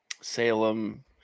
Salem